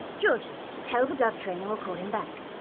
georgie, tell the dove trainer we'll call him back.